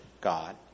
god